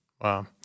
Wow